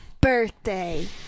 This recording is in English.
birthday